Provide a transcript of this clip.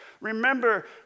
Remember